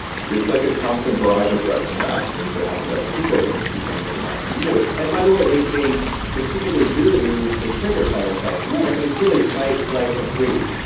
it's like a constant barrage of threats and bad things that happen to other people that make you think they could happen to you and by the way, they they specifically do the news to trigger fight or flight yeah right, because it's really fight, flight, or freeze.